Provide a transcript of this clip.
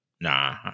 Nah